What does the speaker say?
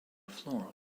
floor